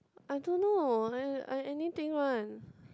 I don't know like I I anything one